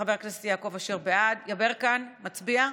חבר הכנסת יעקב אשר, בעד, יברקן, מצביע?